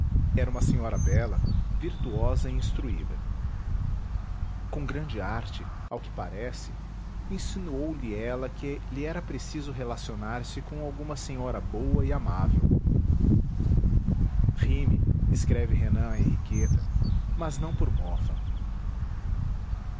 era uma senhora bela virtuosa e instruída com grande arte ao que parece insinuou lhe ela que lhe era preciso relacionar se com alguma senhora boa e amável ri-me escreve renan a henriqueta mas não por mofa